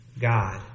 God